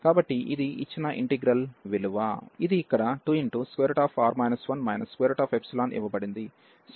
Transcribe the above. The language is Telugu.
కాబట్టి ఇది ఇచ్చిన ఇంటిగ్రల్ విలువ ఇది ఇక్కడ 2R 1 ఇవ్వబడింది